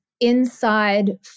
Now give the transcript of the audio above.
inside